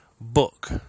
book